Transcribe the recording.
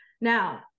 Now